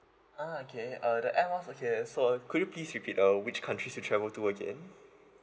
ah okay uh the air miles okay so could you please repeat uh which countries you travel to again